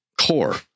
core